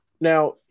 Now